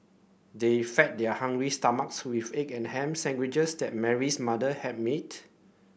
they fed their hungry stomachs with egg and ham sandwiches that Mary's mother had